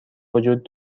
وجود